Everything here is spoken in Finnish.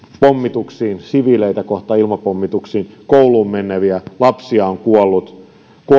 pommituksiin siviileitä kohtaan ilmapommituksiin kouluun meneviä lapsia on kuollut